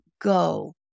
Go